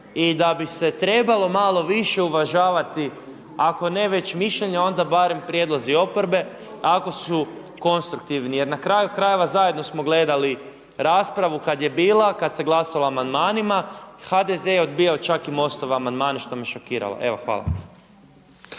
i da bi se trebalo malo više uvažavati ako ne već mišljenje, onda barem prijedlozi oporbe ako su konstruktivni. Jer na kraju krajeva zajedno smo gledali raspravu kad je bila, kad se glasalo o amandmanima. HDZ je odbijao čak i MOST-ove amandmane što me šokiralo. Evo hvala.